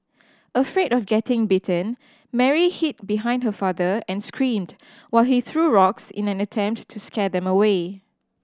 afraid of getting bitten Mary hid behind her father and screamed while he threw rocks in an attempt to scare them away